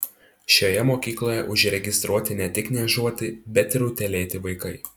šioje mokykloje užregistruoti ne tik niežuoti bet ir utėlėti vaikai